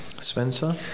Spencer